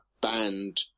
banned